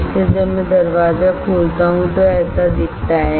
इसलिए जब मैं दरवाजा खोलता हूं तो ऐसा दिखता है